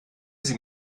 sie